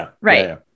Right